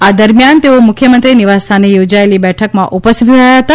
આ દરમ્યાન તેઓ મુખ્યમંત્રી નિવાસસ્થાને યોજાયેલી બેઠકમાં ઉપસ્થિત રહ્યા હતા